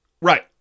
Right